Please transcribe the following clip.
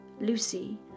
Lucy